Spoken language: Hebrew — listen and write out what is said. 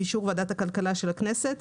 באישור ועדת הכלכלה של הכנסת,